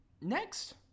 next